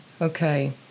Okay